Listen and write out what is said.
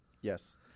Yes